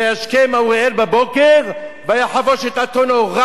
וישכם האוריאל בבוקר ויחבוש את אתונו.